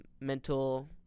mental